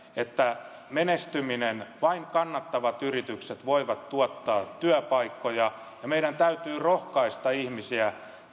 että vain kannattavat yritykset voivat tuottaa työpaikkoja ja meidän täytyy rohkaista ihmisiä